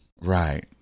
Right